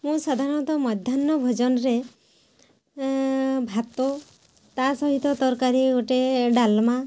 ମୁଁ ସାଧାରଣତଃ ମାଧ୍ୟାନ୍ନ ଭୋଜନରେ ଭାତ ତା ସହିତ ତରକାରୀ ଗୋଟେ ଡାଲମା